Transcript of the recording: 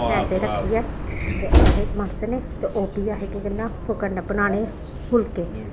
पैसे रक्खियै ते असें मनसने ते ओह् भी असें केह् करना कन्नै बनाने फुलके